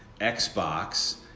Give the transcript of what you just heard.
Xbox